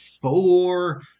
four